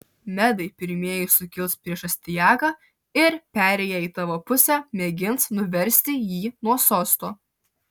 medai pirmieji sukils prieš astiagą ir perėję į tavo pusę mėgins nuversti jį nuo sosto